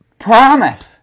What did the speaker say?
promise